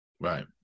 Right